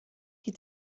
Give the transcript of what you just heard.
die